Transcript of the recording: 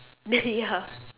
ya